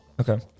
Okay